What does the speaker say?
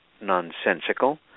nonsensical